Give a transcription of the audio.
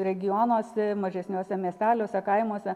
regionuose mažesniuose miesteliuose kaimuose